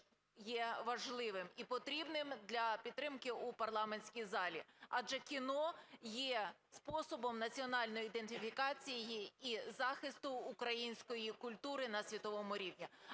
є важливим і потрібним для підтримки у парламентській залі, адже кіно є способом національної ідентифікації і захисту української культури на світовому рівні.